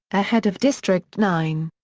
ahead of district nine.